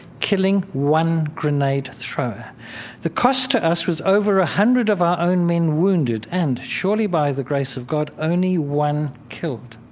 killing one grenade-thrower the cost to us was over one ah hundred of our own men wounded and, surely by the grace of god, only one killed.